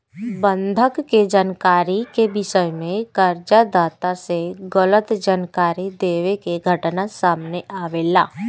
बंधक के जानकारी के विषय में कर्ज दाता से गलत जानकारी देवे के घटना सामने आवेला